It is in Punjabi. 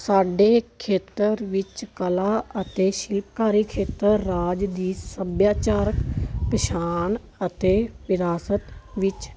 ਸਾਡੇ ਖੇਤਰ ਵਿੱਚ ਕਲਾ ਅਤੇ ਸ਼ਿਲਪਕਾਰੀ ਖੇਤਰ ਰਾਜ ਦੀ ਸੱਭਿਆਚਾਰਕ ਪਛਾਣ ਅਤੇ ਵਿਰਾਸਤ ਵਿੱਚ